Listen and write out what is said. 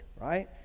right